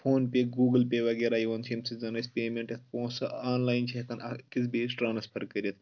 phone پے Google پے وغیرہ یِوان چھِ ییٚمہِ سۭتۍ زَن أسۍ پیمؠنٛٹ یَتھ پونٛسہٕ آنلاین چھِ ہؠکَان أکِس بیٚیِس ٹرٛانسفَر کٔرِتھ